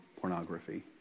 pornography